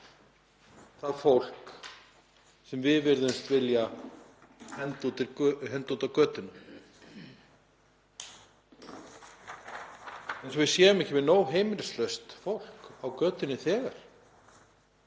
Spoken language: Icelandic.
það fólk sem við virðumst vilja henda út á götuna eins og við séum ekki með nóg af heimilislausu fólk á götunni nú þegar.